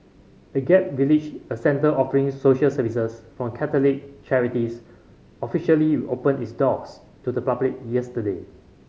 Agape Village a centre offering social services from Catholic charities officially opened its doors to the public yesterday